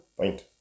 Point